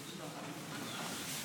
חברי הכנסת,